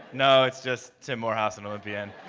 no, it's just tim morehouse, an olympian.